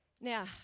Now